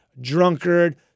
drunkard